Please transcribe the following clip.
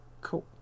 Cool